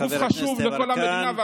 גוף חשוב לכל המדינה,